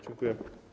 Dziękuję.